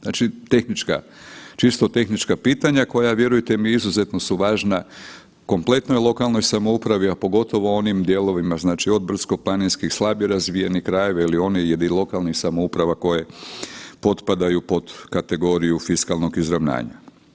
Znači čisto tehnička pitanja koja vjerujte mi izuzetno su važna kompletnoj lokalnoj samoupravi, a pogotovo u onim dijelovima od brdsko-planinskih, slabije razvijeni krajevi ili onih lokalnih samouprava koje potpadaju pod kategoriju fiskalnog izravnanja.